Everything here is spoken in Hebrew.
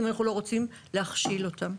אם אנחנו לא רוצים להכשיל אותם.